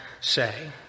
say